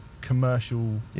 commercial